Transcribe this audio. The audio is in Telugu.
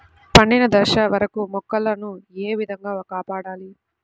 పండిన దశ వరకు మొక్కల ను ఏ విధంగా కాపాడాలి?